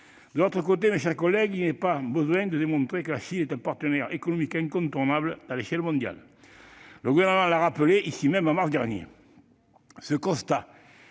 De l'autre côté, mes chers collègues, il n'est pas besoin de démontrer que la Chine est un partenaire économique incontournable à l'échelle mondiale. Le Gouvernement l'a rappelé ici même en mars dernier. Ce constat